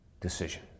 decision